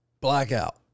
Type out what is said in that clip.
blackout